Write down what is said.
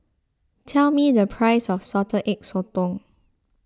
tell me the price of Salted Egg Sotong